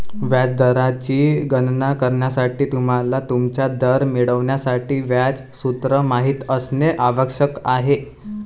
व्याज दराची गणना करण्यासाठी, तुम्हाला तुमचा दर मिळवण्यासाठी व्याज सूत्र माहित असणे आवश्यक आहे